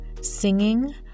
singing